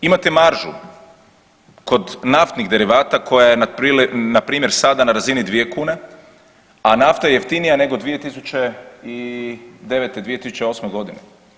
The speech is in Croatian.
Imate maržu kod naftnih derivata koja je na primjer sada na razini dvije kune, a nafta je jeftinija nego 2009., 2008. godine.